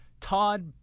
Todd